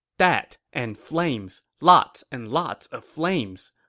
that, and flames, lots and lots of flames.